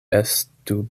estu